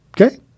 Okay